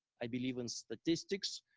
i believe in statistics,